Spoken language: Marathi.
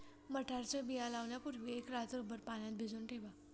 मटारच्या बिया लावण्यापूर्वी एक रात्रभर पाण्यात भिजवून ठेवा